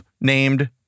named